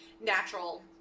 natural